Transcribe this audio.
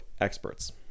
experts